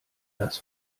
das